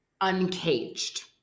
Uncaged